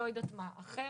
לא יודעת מה אחר,